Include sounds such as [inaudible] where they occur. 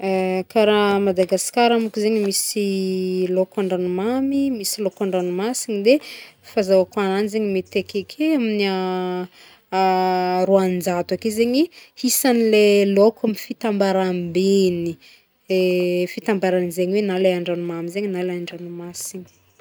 [hesitation] Karaha a Madagasikara mônko zegny misy lôko andranomamy, misy andranomasigny de fahazaoko agnanjy zegny mety ake akeo amin'ny [hesitation] roanjato ake zegny isan'ny le lôko amin'ny fitambarambegny [hesitation] fitambaranjegny hoe na le andranomamy zegny na le andranomasigny.